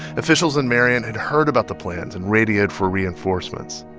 officials in marion had heard about the plans and radioed for reinforcements.